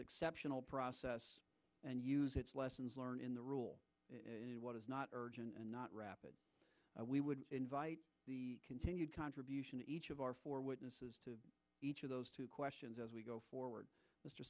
exceptional process and use its lessons learned in the rule of what is not urgent and not rapid we would invite continued contribution to each of our four witnesses to each of those two questions as we go forward mr